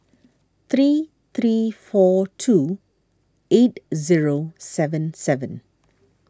three three four two eight zero seven seven